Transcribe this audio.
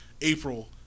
April